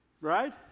Right